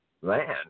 land